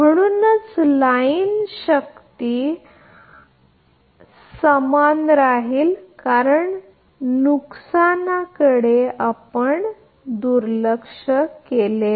म्हणूनच लाईन शक्ती आपण समान राहील कारण नुकसानाकडे आपण दुर्लक्ष केले आहे